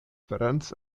ferenc